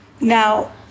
Now